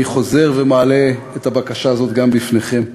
אני חוזר ומעלה את הבקשה הזאת גם בפניכם.